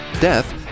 death